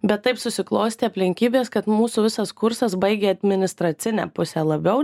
bet taip susiklostė aplinkybės kad mūsų visas kursas baigė administracinę pusę labiau